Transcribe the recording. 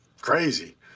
crazy